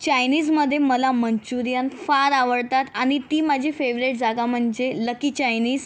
चायनीजमध्ये मला मंच्युरियन फार आवडतात आणि ती माझी फेवरेट जागा म्हणजे लकी चायनीज